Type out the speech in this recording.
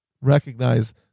recognize